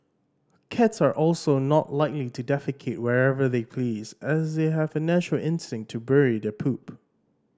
cats are also not likely to defecate wherever they please as they have a natural instinct to bury their poop